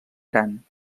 gran